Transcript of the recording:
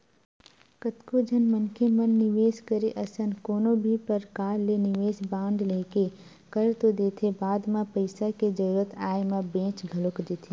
कतको झन मनखे मन निवेस करे असन कोनो भी परकार ले निवेस बांड लेके कर तो देथे बाद म पइसा के जरुरत आय म बेंच घलोक देथे